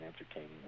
entertaining